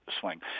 swing